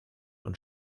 und